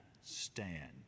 stand